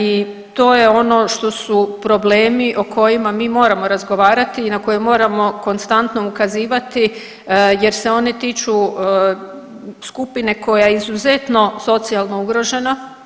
I to je ono što su problemi o kojima mi moramo razgovarati i na koje moramo konstantno ukazivati jer se one tiču skupine koja je izuzetno socijalno ugrožena.